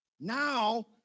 Now